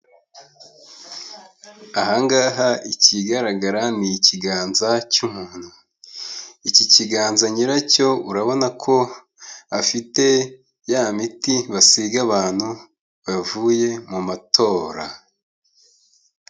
Aha ngaha ikigaragara ni ikiganza cy'umuntu. Iki kiganza nyiracyo urabona ko afite ya miti basiga abantu bavuye mu matora.